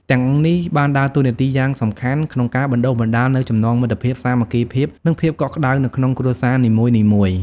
ទាំងនេះបានដើរតួនាទីយ៉ាងសំខាន់ក្នុងការបណ្ដុះបណ្ដាលនូវចំណងមិត្តភាព សាមគ្គីភាព និងភាពកក់ក្ដៅនៅក្នុងគ្រួសារនីមួយៗ ។